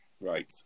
Right